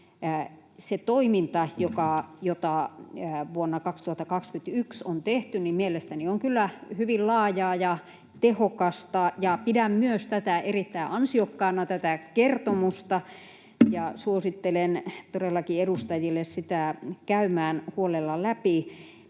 se toiminta, jota vuonna 2021 on tehty, mielestäni on kyllä hyvin laajaa ja tehokasta, ja pidän myös tätä kertomusta erittäin ansiokkaana ja suosittelen todellakin edustajille sitä käymään huolella läpi.